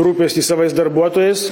rūpestį savais darbuotojais